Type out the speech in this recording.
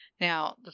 Now